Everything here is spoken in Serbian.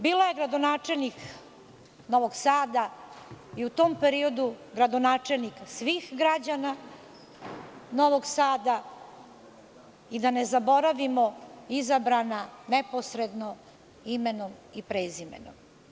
Bila je gradonačelnik Novog Sada i u tom periodu gradonačelnik svih građana Novog Sada i, da ne zaboravimo, izabrana neposredno, imenom i prezimenom.